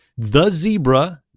thezebra